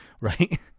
Right